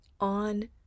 on